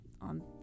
on